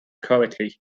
correctly